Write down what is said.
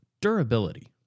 Durability